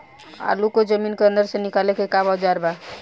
आलू को जमीन के अंदर से निकाले के का औजार बा?